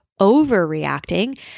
overreacting